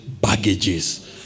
baggages